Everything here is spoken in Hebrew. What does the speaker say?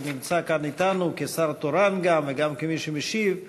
שנמצא כאן אתנו כשר תורן גם וגם כמי שמשיב,